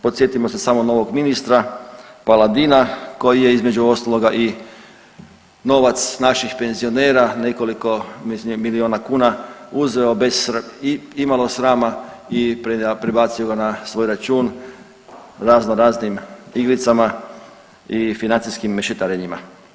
Podsjetimo se samo novog ministra Paladina koji je između ostaloga i novac naših penzionera, nekoliko milijuna kuna uzeo bez imalo srama i prebacio ga na svoj račun, raznoraznim igricama i financijskim mešetarenjima.